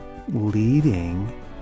leading